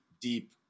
deep